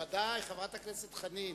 ודאי, חברת הכנסת חנין.